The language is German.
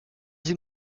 sie